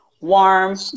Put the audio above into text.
warm